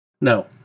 No